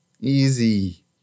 Easy